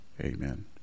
Amen